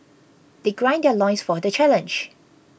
they grind their loins for the challenge